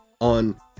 on